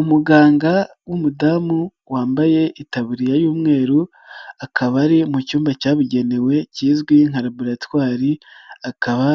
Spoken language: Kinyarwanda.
Umuganga w'umudamu wambaye itaburiya y'umweru, akaba ari mu cyumba cyabugenewe kizwi nka laboratwari, akaba